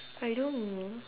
I don't know